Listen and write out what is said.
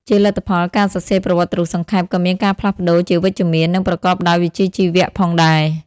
ជាលទ្ធផល ការសរសេរប្រវត្តិរូបសង្ខេប ក៏មានការផ្លាស់ប្ដូរជាវិជ្ជមាន និងប្រកបដោយវិជ្ជាជីវៈផងដែរ។